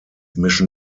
mischen